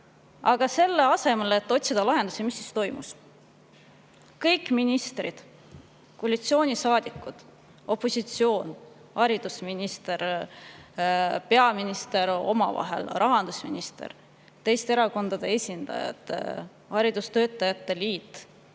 Aga selle asemel et otsida lahendusi, mis siis toimus? Kõik ministrid, koalitsioonisaadikud, opositsioon, haridusminister, peaminister, rahandusminister, teiste erakondade esindajad, haridustöötajate liit